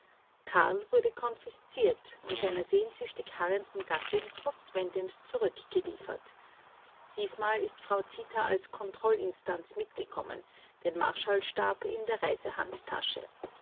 karl wurde konfisziert und seiner sehnsüchtig harrenden gattin postwendend zurückgeliefert diesmal ist frau zita als kontrollinstanz mitgekommen den marschallsstab in der